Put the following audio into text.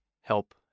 help